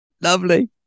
Lovely